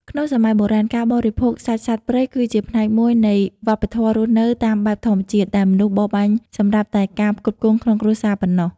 ក្នុងសម័យបុរាណ ការបរិភោគសាច់សត្វព្រៃគឺជាផ្នែកមួយនៃវប្បធម៌រស់នៅតាមបែបធម្មជាតិ ដែលមនុស្សបរបាញ់សម្រាប់តែការផ្គត់ផ្គង់ក្នុងគ្រួសារប៉ុណ្ណោះ។